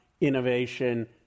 innovation